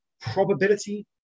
probability